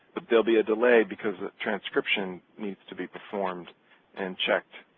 will be a delay because transcription needs to be performed and checked.